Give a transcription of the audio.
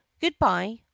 Goodbye